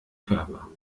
körper